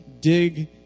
dig